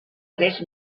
tres